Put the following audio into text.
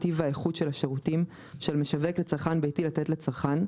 הטיב והאיכות של השירותים שעל משווק לצרכן ביתי לתת לצרכן,